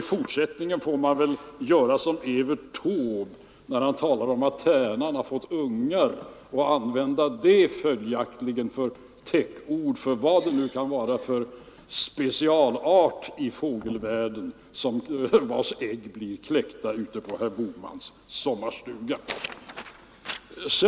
I fortsättningen får jag väl göra som Evert Taube, när han sjunger om att tärnan har fått ungar, och använda det som täckord för vad det nu kan vara för speciell art i fågelvärlden vars ägg blir kläckta ute vid herr Bohmans sommarstuga.